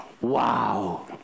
Wow